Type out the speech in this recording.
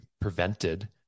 prevented